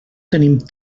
tenim